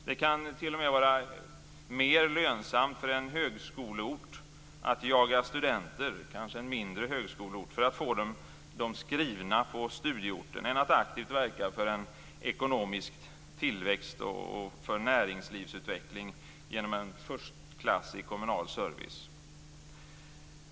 Det kan t.o.m. vara mer lönsamt för t.ex. en mindre högskoleort att jaga studenter för att få dem skrivna på studieorten än att aktivt verka för en ekonomisk tillväxt och näringslivsutveckling genom en förstklassig kommunal service.